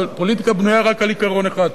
פוליטיקה בנויה רק על עיקרון אחד: